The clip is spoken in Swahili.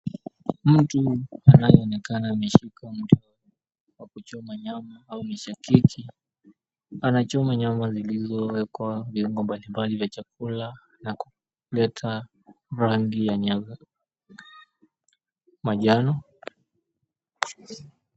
Mtu anayeonekana ameshika mti wa kuchoma nyama au mishakiki anachoma nyama zilizowekwa viungo mbalimbali vya chakula na kuleta rangi ya nyama manjano.